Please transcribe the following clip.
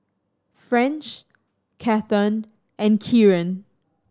French Cathern and Kieran